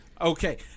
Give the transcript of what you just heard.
okay